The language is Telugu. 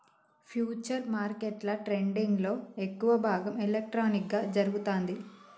ఫ్యూచర్స్ మార్కెట్ల ట్రేడింగ్లో ఎక్కువ భాగం ఎలక్ట్రానిక్గా జరుగుతాంది